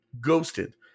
ghosted